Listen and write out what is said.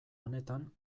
honetan